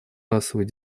расовой